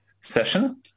session